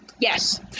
Yes